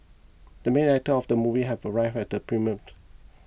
the main actor of the movie have arrived at the premiere